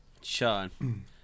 Sean